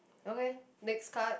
okay next card